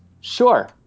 Sure